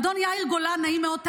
אדון יאיר גולן, נעים מאוד.